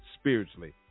spiritually